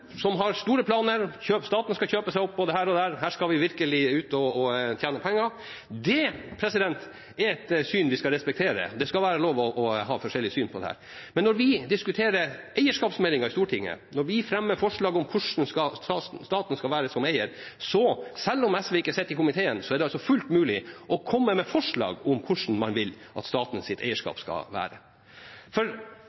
som har store planer: Staten skal kjøpe seg opp både her og der, her skal man virkelig ut og tjene penger. Det er et syn man skal respektere, det skal være lov å ha forskjellig syn på dette, men når vi diskuterer eierskapsmeldingen i Stortinget, og når vi fremmer forslag om hvordan staten skal være som eier, er det altså – selv om SV ikke sitter i komiteen – fullt mulig å komme med forslag om hvordan man vil at statens eierskap skal være. For